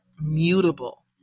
mutable